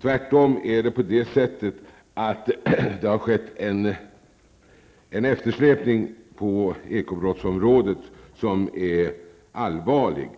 Tvärtom är det så att det skett en eftersläpning på ekobrottsområdet som är allvarlig.